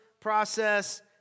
process